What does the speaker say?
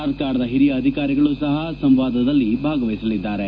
ಸರ್ಕಾರದ ಹಿರಿಯ ಅಧಿಕಾರಿಗಳು ಸಹ ಸಂವಾದದಲ್ಲಿ ಭಾಗವಹಿಸಲಿದ್ದಾರೆ